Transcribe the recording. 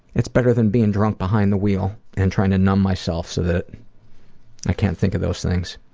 it's better than being drunk behind the wheel and trying to numb myself so that i can't think of those things.